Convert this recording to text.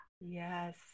Yes